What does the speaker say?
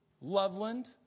Loveland